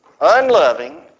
unloving